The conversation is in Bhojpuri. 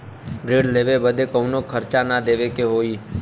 ऋण लेवे बदे कउनो खर्चा ना न देवे के होई?